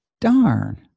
Darn